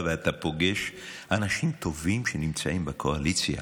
ואתה פוגש אנשים טובים שנמצאים בקואליציה,